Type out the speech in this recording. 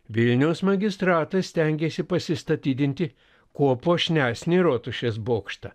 vilniaus magistratas stengėsi pasistatydinti kuo puošnesnį rotušės bokštą